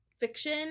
fiction